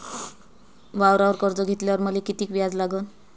वावरावर कर्ज घेतल्यावर मले कितीक व्याज लागन?